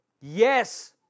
Yes